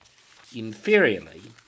Inferiorly